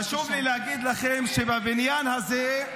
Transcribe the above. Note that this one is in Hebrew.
חשוב לי להגיד לכם שבבניין הזה,